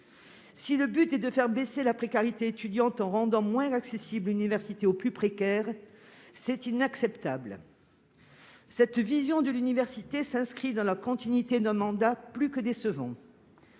Si le but est de faire baisser la précarité étudiante en rendant l'université moins accessible aux plus précaires, c'est inacceptable ! Cette vision de l'université s'inscrit dans la continuité d'un mandat plus que décevant